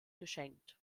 geschenkt